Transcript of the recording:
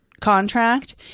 contract